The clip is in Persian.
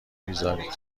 بیزارید